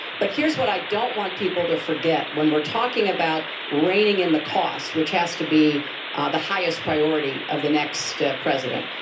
but here's what i don't want people to forget when we're talking about reigning in the cost that has to be the highest priority of the next president.